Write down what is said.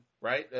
right